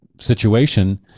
situation